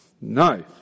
No